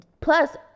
plus